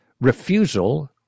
refusal